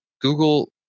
Google